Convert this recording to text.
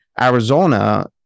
Arizona